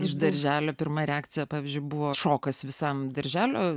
iš darželio pirma reakcija pavyzdžiui buvo šokas visam darželio